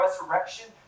resurrection